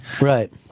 Right